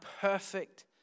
perfect